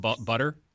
butter